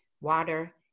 water